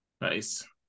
Nice